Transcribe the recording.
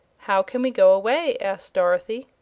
how can we go away? asked dorothy.